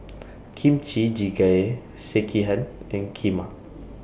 Kimchi Jjigae Sekihan and Kheema